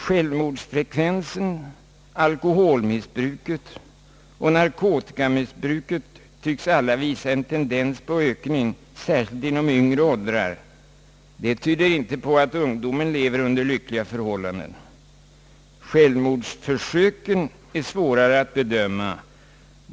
Självmordsfrekvensen, <alkoholmissbruket och narkotikamissbruket visar en tendens att öka, särskilt inom yngre åldersgrupper. Det tyder inte på att vår ungdom lever under lyckliga förhållanden. Självmordsförsöken är svårare att bedöma.